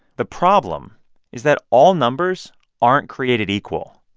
the problem is that all numbers aren't created equal.